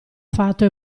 fatto